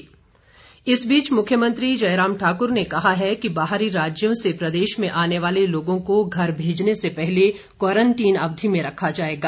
मुख्यमंत्री इस बीच मुख्यमंत्री जयराम ठाक्र ने कहा है कि बाहरी राज्यों से प्रदेश में आने वाले लोगों को घर भेजने से पहले क्वारंटीन अवधि में रखा जाएगा